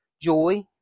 joy